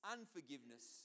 Unforgiveness